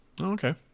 Okay